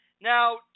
Now